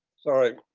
sorry.